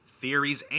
theories